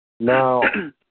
Now